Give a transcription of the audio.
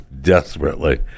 desperately